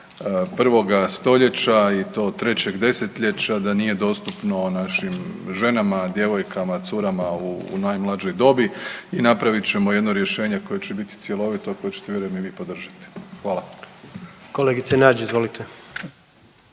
21. stoljeća i to trećeg 10-ljeća da nije dostupno našim ženama, djevojkama, curama u najmlađoj dobi i napravit ćemo jedno rješenje koje će biti cjeloviti, a koje ćete vjerujem i vi podržati. Hvala. **Jandroković,